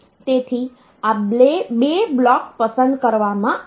તેથી આ બે બ્લોક્સ પસંદ કરવામાં આવશે